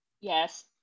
Yes